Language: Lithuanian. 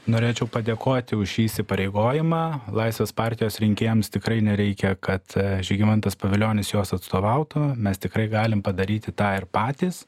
norėčiau padėkoti už šį įsipareigojimą laisvės partijos rinkėjams tikrai nereikia kad žygimantas pavilionis juos atstovautų mes tikrai galim padaryti tą ir patys